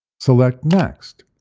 select next,